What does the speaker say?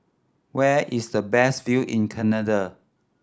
where is the best view in Canada